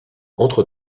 entre